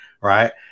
right